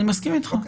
אני מסכים איתך.